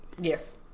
Yes